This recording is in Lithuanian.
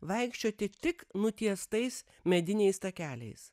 vaikščioti tik nutiestais mediniais takeliais